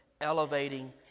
elevating